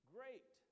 Great